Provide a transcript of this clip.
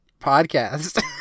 Podcast